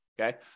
Okay